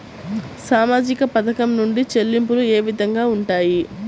సామాజిక పథకం నుండి చెల్లింపులు ఏ విధంగా ఉంటాయి?